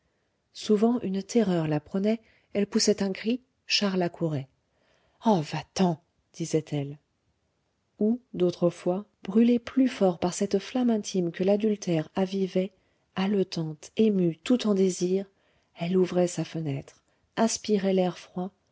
souvent une terreur la prenait elle poussait un cri charles accourait ah va-t'en disait-elle ou d'autres fois brûlée plus fort par cette flamme intime que l'adultère avivait haletante émue tout en désir elle ouvrait sa fenêtre aspirait l'air froid